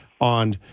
on